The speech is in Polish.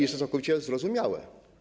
Jest to całkowicie zrozumiałe.